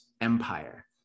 empire